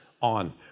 on